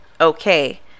okay